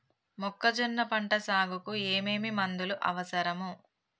మొక్కజొన్న పంట సాగుకు ఏమేమి మందులు అవసరం?